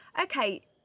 okay